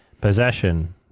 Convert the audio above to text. Possession